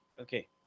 Okay